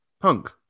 Punk